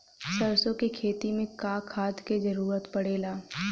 सरसो के खेती में का खाद क जरूरत पड़ेला?